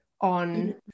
on